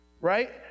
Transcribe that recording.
Right